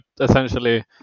essentially